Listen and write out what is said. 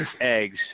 eggs